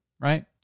right